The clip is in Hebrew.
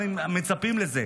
מצפים לזה,